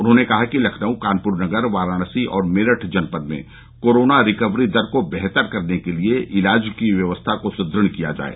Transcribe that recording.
उन्होंने कहा कि लखनऊ कानपूर नगर वाराणसी और मेरठ जनपद में कोरोना रिकवरी दर को बेहतर करने के लिये इलाज की व्यवस्थाओं को सुदृढ़ किया जाये